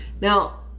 Now